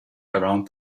around